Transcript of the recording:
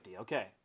okay